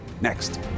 next